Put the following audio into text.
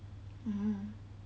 mm